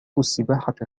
السباحة